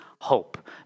hope